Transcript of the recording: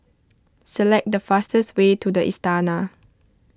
select the fastest way to the Istana